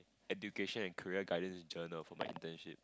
education and career guidance journal for my internship